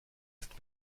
ist